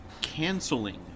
canceling